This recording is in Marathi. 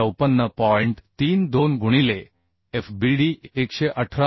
32 गुणिले FBD 118